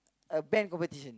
a band competition